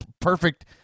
perfect